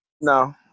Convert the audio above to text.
No